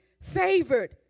favored